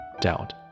doubt